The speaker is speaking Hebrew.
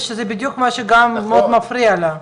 אנחנו שאלנו מתי זה נעצר, מה מגביל את זה,